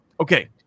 Okay